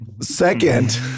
second